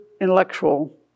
intellectual